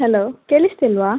hello ಕೇಳಿಸ್ತಿಲ್ವಾ